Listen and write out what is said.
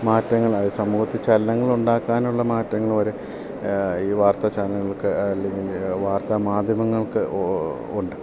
മാറ്റങ്ങൾ അതായത് സമൂഹത്തിൽ ചലനങ്ങൾ ഉണ്ടാക്കാനുള്ള മാറ്റങ്ങൾ വരെ ഈ വാർത്ത ചാനലുകൾക്ക് അല്ലെങ്കിൽ വാർത്താ മാധ്യമങ്ങൾക്ക് ഉണ്ട്